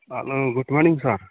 hello good morning sir